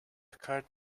occurred